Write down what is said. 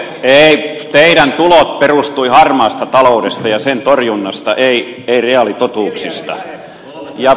teillä tulot perustuivat harmaaseen talouteen ja sen torjuntaan ei reaalitotuuksiin